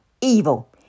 evil